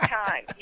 time